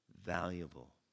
valuable